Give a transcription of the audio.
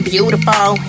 beautiful